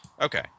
Okay